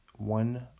One